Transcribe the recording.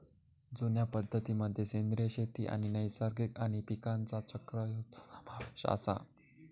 जुन्या पद्धतीं मध्ये सेंद्रिय शेती आणि नैसर्गिक आणि पीकांचा चक्र ह्यांचो समावेश आसा